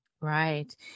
Right